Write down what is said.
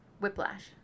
Whiplash